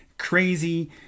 crazy